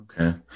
Okay